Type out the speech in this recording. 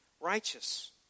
righteous